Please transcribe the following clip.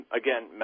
again